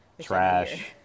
Trash